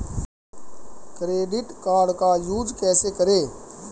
Credit card का use कैसे करें?